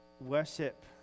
worship